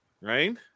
right